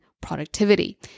productivity